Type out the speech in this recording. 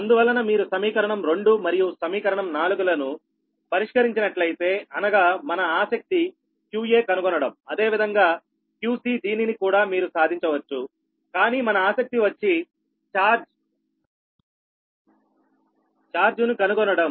అందువలన మీరు సమీకరణం 2 మరియు సమీకరణం 4లను పరిష్కరించినట్లయితే అనగా మన ఆసక్తి qa కనుగొనడం అదేవిధంగా qcదీనిని కూడా మీరు సాధించవచ్చుకానీ మన ఆసక్తి వచ్చి చార్జ్ ను కనుగొనడం